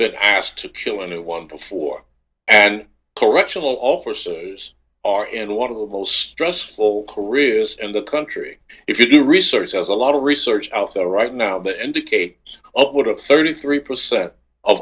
been asked to kill a new one before and correctional officers are in one of the most stressful careers and the country if you do research has a lot of research out there right now that indicates upward of thirty three percent o